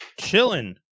Chilling